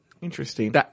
Interesting